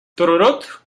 tururut